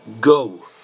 Go